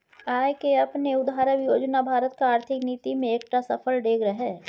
आय केँ अपने उघारब योजना भारतक आर्थिक नीति मे एकटा सफल डेग रहय